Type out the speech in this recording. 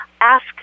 ask